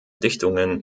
dichtungen